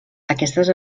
aquestes